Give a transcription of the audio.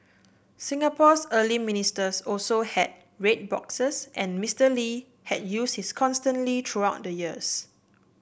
Singapore's early ministers also had red boxes and Mister Lee had used his consistently through the years